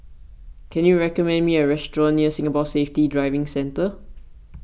can you recommend me a restaurant near Singapore Safety Driving Centre